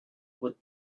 with